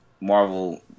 Marvel